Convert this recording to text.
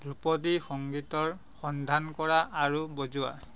ধ্ৰুপদী সংগীতৰ সন্ধান কৰা আৰু বজোৱা